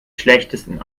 schlechtesten